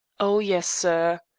oh yes, sir.